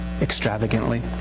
extravagantly